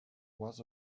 was